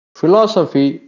philosophy